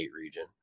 region